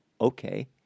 okay